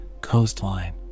coastline